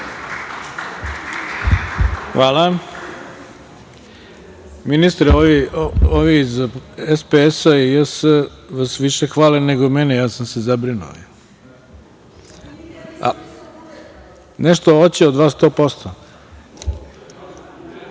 Hvala. Ministre, ovi iz SPS i JS vas više hvale nego mene, ja sam se zabrinuo. Nešto hoće od vas